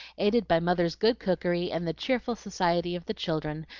aided by mother's good cookery and the cheerful society of the children,